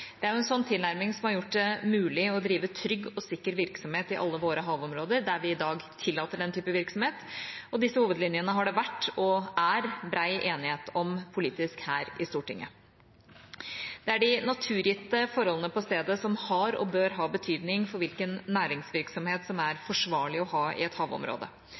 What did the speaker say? Det er en sånn tilnærming som har gjort det mulig å drive trygg og sikker virksomhet i alle våre havområder der vi i dag tillater den type virksomhet, og disse hovedlinjene har det vært og er bred enighet om politisk her i Stortinget. Det er de naturgitte forholdene på stedet som har og bør ha betydning for hvilken næringsvirksomhet som er forsvarlig å ha i et havområde.